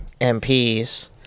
MPs